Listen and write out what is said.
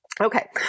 Okay